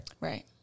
right